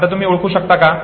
आता तुम्ही ओळखू शकता का